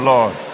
Lord